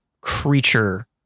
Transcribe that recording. creature